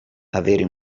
avere